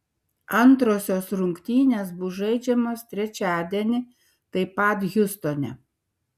antrosios rungtynės bus žaidžiamos trečiadienį taip pat hjustone